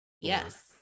Yes